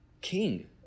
king